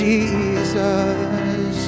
Jesus